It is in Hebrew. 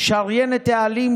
/ שריין את העלים,